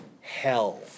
hell